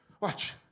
Watch